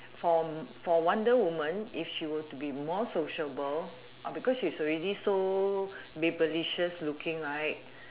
for for wonder woman if she were to be more sociable uh because she already so babelicious looking right